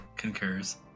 Concurs